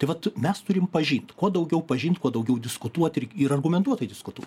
tai vat mes turim pažint kuo daugiau pažint kuo daugiau diskutuot ir ir argumentuotai diskutuot